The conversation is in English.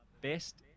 best